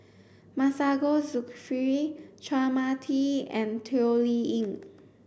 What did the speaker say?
Masagos Zulkifli Chua Mia Tee and Toh Liying